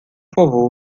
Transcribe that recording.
favor